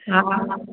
हा